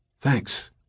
Thanks